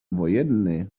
wojenny